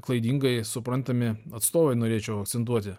klaidingai suprantami atstovai norėčiau akcentuoti